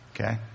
Okay